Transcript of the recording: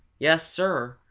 yes, sir,